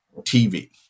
TV